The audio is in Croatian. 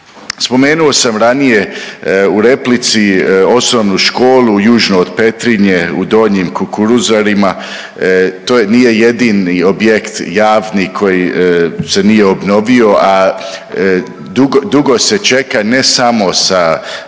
Spomenuo sam ranije u replici osnovnu školu južno od Petrinje u Donjim Kukuruzarima. To nije jedini objekt javni koji se nije obnovio, a dugo se čeka ne samo sa